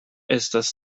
estas